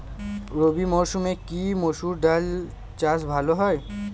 রবি মরসুমে কি মসুর ডাল চাষ ভালো হয়?